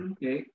Okay